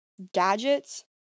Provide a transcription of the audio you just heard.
gadgets